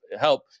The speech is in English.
help